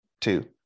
two